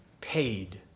paid